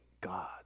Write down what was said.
God